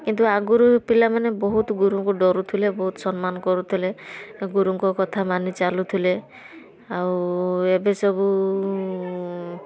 କିନ୍ତୁ ଆଗରୁ ପିଲାମାନେ ବହୁତ ଗୁରୁଙ୍କୁ ଡରୁଥୁଲେ ବହୁତ ସମ୍ମାନ କରୁଥୁଲେ ଗୁରୁଙ୍କ କଥା ମାନି ଚାଲୁଥୁଲେ ଆଉ ଏବେ ସବୁ